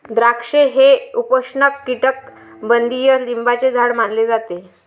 द्राक्षे हे उपोष्णकटिबंधीय लिंबाचे झाड मानले जाते